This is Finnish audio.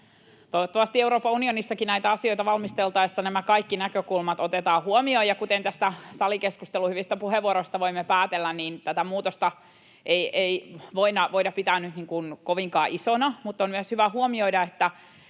toivottavasti Euroopan unionissakin näitä asioita valmisteltaessa nämä kaikki näkökulmat otetaan huomioon, ja kuten tämän salikeskustelun hyvistä puheenvuoroista voimme päätellä, niin tätä muutosta ei voida pitää nyt kovinkaan isona. Mutta on myös hyvä huomioida, että